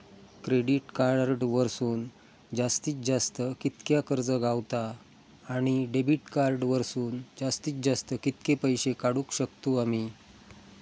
Credit card वरसून जास्तीत जास्त कितक्या कर्ज गावता, आणि डेबिट कार्ड वरसून जास्तीत जास्त कितके पैसे काढुक शकतू आम्ही?